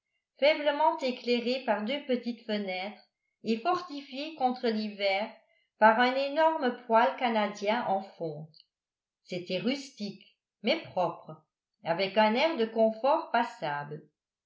faiblement éclairée par deux petites fenêtres et fortifiée contre l'hiver par un énorme poële canadien en fonte c'était rustique mais propre avec un air de confort passable